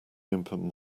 open